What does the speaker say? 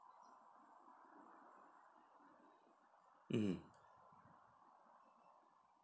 mmhmm